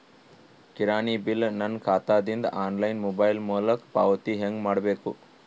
ಕಿರಾಣಿ ಬಿಲ್ ನನ್ನ ಖಾತಾ ದಿಂದ ಆನ್ಲೈನ್ ಮೊಬೈಲ್ ಮೊಲಕ ಪಾವತಿ ಹೆಂಗ್ ಮಾಡಬೇಕು?